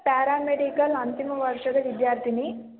paramedical ಅಂತಿಮ ವರ್ಷದ ವಿದ್ಯಾರ್ಥಿನಿ